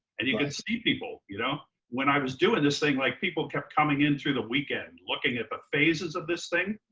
and you can see people. you know when i was doing this thing, like people kept coming in through the weekend looking at the phases of this thing.